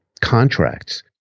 contracts